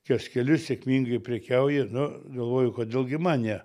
kioskelius sėkmingai prekiauja nu galvoju kodėl gi man ne